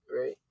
Right